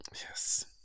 Yes